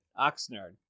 Oxnard